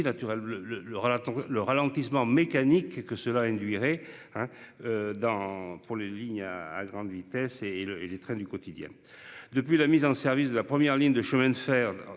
le ralentissement mécanique et que cela induirait hein. Dans pour les lignes à grande vitesse et et le et les trains du quotidien. Depuis la mise en service de la première ligne de chemin de fer